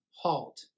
Halt